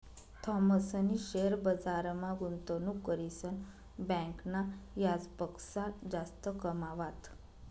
थॉमसनी शेअर बजारमा गुंतवणूक करीसन बँकना याजपक्सा जास्त कमावात